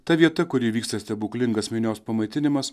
ta vieta kur įvyksta stebuklingas minios pamaitinimas